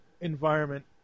environment